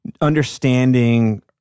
understanding